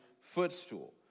footstool